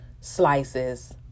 slices